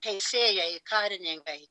teisėjai karininkai